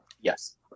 Yes